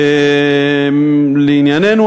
לענייננו,